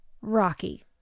Rocky